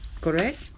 correct